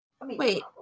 Wait